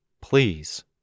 Please